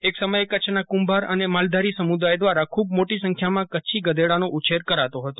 એક સમયે કચ્છના કુંભાર અને માલધારી સમુદાય દ્વારા ખૂબ મોટી સંખ્યામાં કચ્છી ગધેડાનો ઉછેર કરાતો ફતો